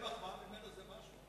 בוחרים של מפלגות שלא לבחור בשרי חינוך,